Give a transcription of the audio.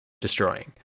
destroying